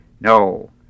No